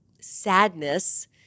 sadness